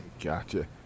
Gotcha